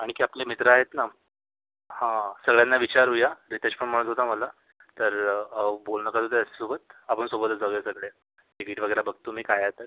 आणखी आपले मित्र आहेत ना हां सगळ्यांना विचारूया रितेश पण म्हणत होता मला तर बोलणं करू त्याच्यासोबत आपण सोबतच जाऊया सगळे टिकीट वगैरे बघतो मी काय आहे तर